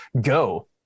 go